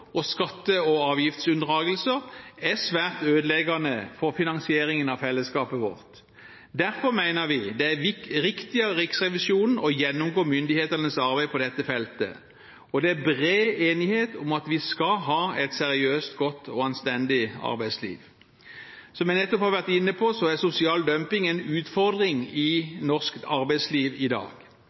og skatte- og avgiftsunndragelser er svært ødeleggende for finansieringen av fellesskapet vårt. Derfor mener vi det er riktig av Riksrevisjonen å gjennomgå myndighetenes arbeid på dette feltet. Det er bred enighet om at vi skal ha et seriøst, godt og anstendig arbeidsliv. Som jeg nettopp har vært inne på, er sosial dumping en utfordring i norsk arbeidsliv i dag.